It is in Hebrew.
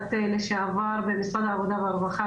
כמפקחת לשעבר במשרד העבודה והרווחה,